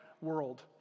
world